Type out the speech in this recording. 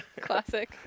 Classic